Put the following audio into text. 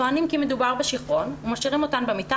טוענים כי מדובר בשיכרון ומשאירים אותן במיטה